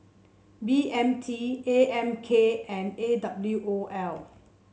B M T A M K and A W O L